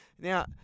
Now